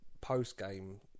post-game